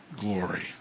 glory